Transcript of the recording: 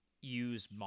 use